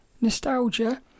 nostalgia